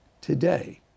today